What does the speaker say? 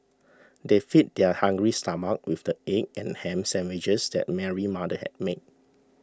they fed their hungry stomachs with the egg and ham sandwiches that Mary's mother had made